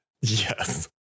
Yes